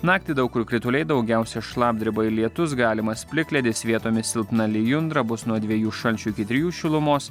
naktį daug kur krituliai daugiausia šlapdriba ir lietus galimas plikledis vietomis silpna lijundra bus nuo dviejų šalčio iki trijų šilumos